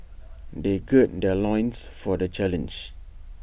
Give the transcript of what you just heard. they gird their loins for the challenge